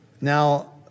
Now